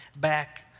back